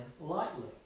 lightly